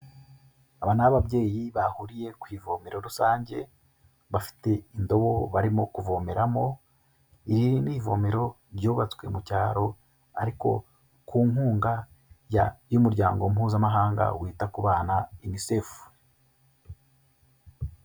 Aba ni ababyeyi bahuriye ku ivomero rusange, bafite indobo barimo kuvomeramo, iri ni ivomero ryubatswe mu cyaro ariko ku nkunga y'umuryango mpuzamahanga wita ku bana UNICEF.